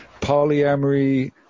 polyamory